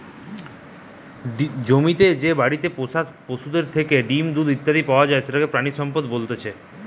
জমিতে যে বাড়িতে পোষা পশুদের থেকে ডিম, দুধ ইত্যাদি পাওয়া যায় সেটাকে প্রাণিসম্পদ বলতেছে